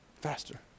Faster